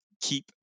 keep